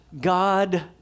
God